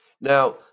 Now